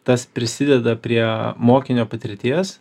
tas prisideda prie mokinio patirties